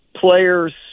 players